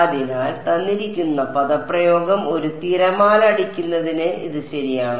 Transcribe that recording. അതിനാൽ അതിനാൽ ഒരു തിരമാല അടിക്കുന്നതിന് ഇത് ശരിയാണ്